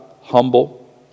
humble